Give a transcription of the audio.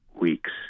weeks